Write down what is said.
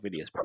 videos